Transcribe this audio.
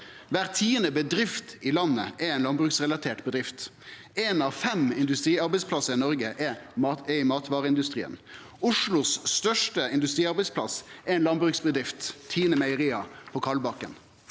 Kvar tiande bedrift i landet er ei landbruksrelatert bedrift. Ein av fem industriarbeidsplassar i Noreg er i matvareindustrien. Oslos største industriarbeidsplass er ei landbruksbedrift, TINE Meieriet